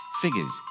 figures